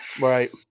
right